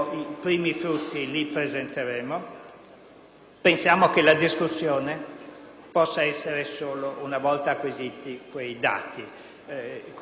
Pensiamo che la discussione possa avvenire solo una volta acquisiti quei dati. Comunque, l'impegno politico è